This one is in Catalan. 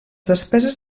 despeses